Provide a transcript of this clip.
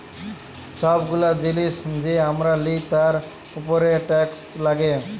ছব গুলা জিলিস যে আমরা লিই তার উপরে টেকস লাগ্যে